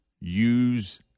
Use